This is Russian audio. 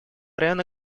районы